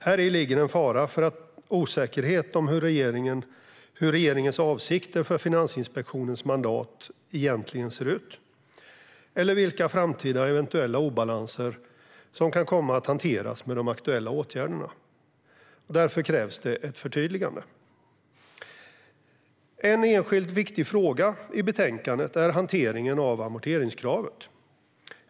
Häri ligger en fara för osäkerhet om hur regeringens avsikter för Finansinspektionens mandat egentligen ser ut eller vilka framtida eventuella obalanser som kan komma att hanteras med de aktuella åtgärderna. Därför krävs det ett förtydligande. En enskilt viktig fråga i betänkandet är hanteringen av amorteringskravet.